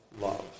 love